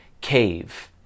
cave